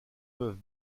peuvent